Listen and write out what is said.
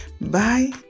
Bye